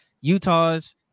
Utah's